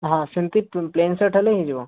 ହଁ ସେମିତି plain shirt ହେଲେ ହେଇଯିବ